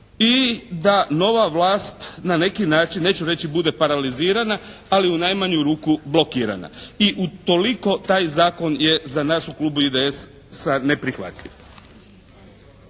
i da nova vlast na neki način neću reći bude paralizirana, ali u najmanju ruku blokirana i u toliko taj zakon je za nas u klubu IDS-a neprihvatljiv.